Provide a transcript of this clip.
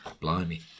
Blimey